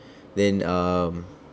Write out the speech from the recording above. then um